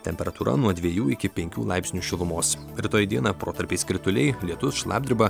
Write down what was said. temperatūra nuo dviejų iki penkių laipsnių šilumos rytoj dieną protarpiais krituliai lietus šlapdriba